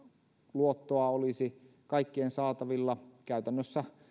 luottoa olisi kaikkien saatavilla käytännössä